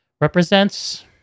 represents